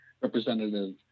Representative